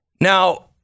Now